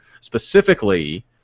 specifically